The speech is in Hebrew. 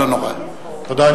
תודה.